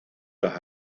los